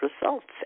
results